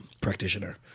practitioner